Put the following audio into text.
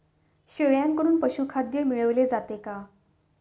शेळ्यांकडून पशुखाद्य मिळवले जाते का?